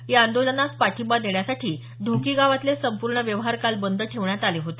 या आंदोलनास पाठिंबा देण्यासाठी ढोकी गावातले संपूर्ण व्यवहार काल बंद ठेवण्यात आले होते